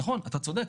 נכון, אתה צודק.